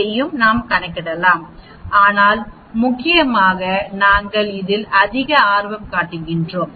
யையும் நாம் கணக்கிடலாம் ஆனால் முக்கியமாக நாங்கள் இதில் அதிக ஆர்வம் காட்டுகிறோம்